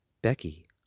Becky